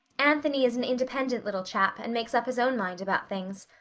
anthony is an independent little chap and makes up his own mind about things.